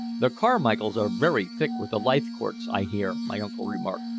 the carmichaels are very thick with the leithcourts, i hear, my uncle remarked.